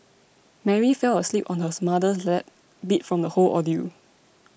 Mary fell asleep on her mother's lap beat from the whole ordeal